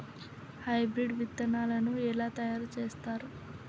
Hybrid విత్తనాలను ఎలా తయారు చేస్తారు?